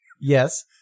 yes